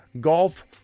Golf